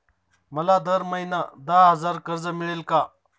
मला दर महिना दहा हजार कर्ज मिळेल का?